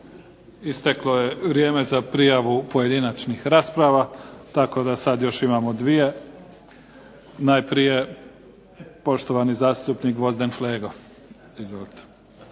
Isteklo je vrijeme za prijavu pojedinačnih rasprava tako da sad još imamo 2. Najprije, poštovani zastupnik Gvozden Flego.